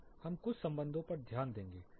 हम कुछ संबंधों पर ध्यान देंगे